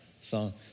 song